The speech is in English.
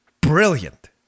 brilliant